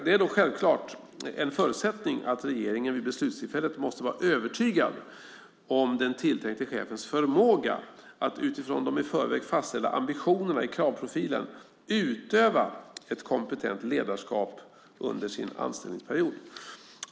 Det är då självklart en förutsättning att regeringen vid beslutstillfället måste vara övertygad om den tilltänkte chefens förmåga att utifrån de i förväg fastställda ambitionerna i kravprofilen utöva ett kompetent ledarskap under sin anställningsperiod.